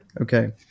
Okay